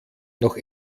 noch